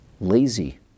lazy